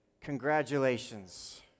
congratulations